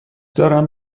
دارم